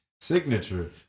signature